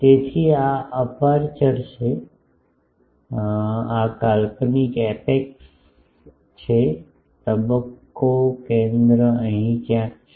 તેથી આ અપેર્ચર છે આ કાલ્પનિક એપેક્સ છે તબક્કો કેન્દ્ર અહીં ક્યાંક છે